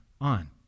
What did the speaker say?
on